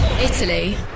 Italy